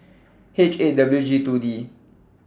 H eight W G two D